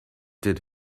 did